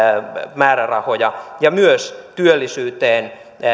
määrärahoja ja myös työllisyyteen